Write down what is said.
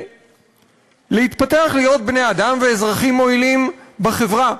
ולהתפתח להיות בני-אדם ואזרחים מועילים בחברה.